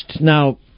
Now